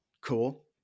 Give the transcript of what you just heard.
cool